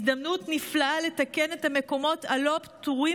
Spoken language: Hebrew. הזדמנות נפלאה לתקן את המקומות הלא-פתורים